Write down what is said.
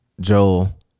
Joel